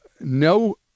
no